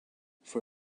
for